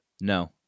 No